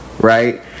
right